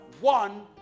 one